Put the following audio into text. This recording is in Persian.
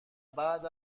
بعد